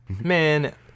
Man